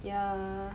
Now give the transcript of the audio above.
yeah